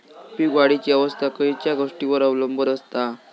पीक वाढीची अवस्था खयच्या गोष्टींवर अवलंबून असता?